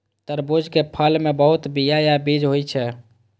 तरबूज के फल मे बहुत बीया या बीज होइ छै